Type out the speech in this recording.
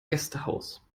gästehaus